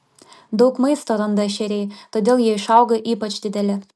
daug maisto randa ešeriai todėl jie išauga ypač dideli